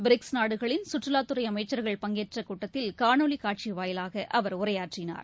BRICS நாடுகளின் கற்றுவாத்துறைஅமைச்சா்கள் பங்கேற்றகூட்டத்தில் காணொலிகாட்சிவாயிலாகஅவா் உரையாற்றினார்